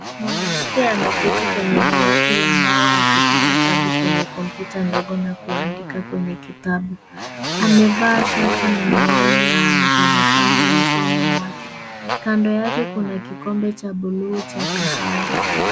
Mwanamke ameketi kwenye dawati la mbao akifanya kazi kwenye kompyuta ndogo na kuandika kwenye kitabu. Amevaa shati na miwani na anatabasamu usoni mwake. Kando yake kuna kikombe cha buluu cha kahawa.